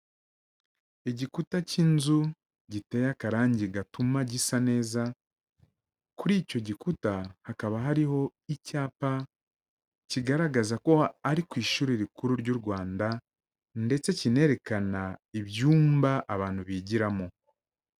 Igikuta cy'inzu giteye akarange gatuma gisa neza, kuri icyo gikuta hakaba hariho icyapa kigaragaza ko ari ku ishuri rikuru ry'u Rwanda, ndetse kinerekana ibyumba abantu bigiramo.